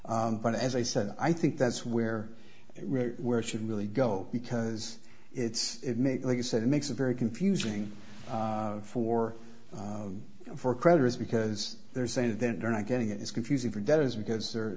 but as i said i think that's where where should really go because it's like you said it makes a very confusing for for creditors because they're saying that they're not getting it it's confusing for debtors because